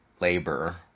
labor